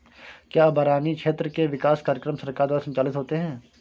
क्या बरानी क्षेत्र के विकास कार्यक्रम सरकार द्वारा संचालित होते हैं?